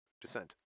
descent